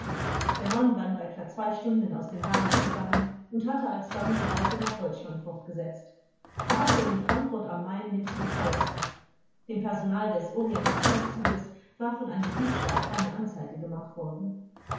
der mann war nur etwa zwei stunden aus dem bahnhof gegangen und hatte alsdann die reise nach deutschland fortgesetzt er hatte in frankfurt a m den zug verlassen dem personal des orient expreßzuges war von einem diebstahl keine anzeige gemacht worden